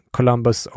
Columbus